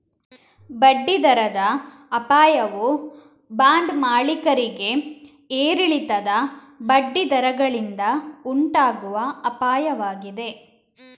ಬಡ್ಡಿ ದರದ ಅಪಾಯವು ಬಾಂಡ್ ಮಾಲೀಕರಿಗೆ ಏರಿಳಿತದ ಬಡ್ಡಿ ದರಗಳಿಂದ ಉಂಟಾಗುವ ಅಪಾಯವಾಗಿದೆ